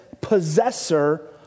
possessor